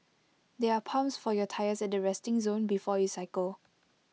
there are pumps for your tyres at the resting zone before you cycle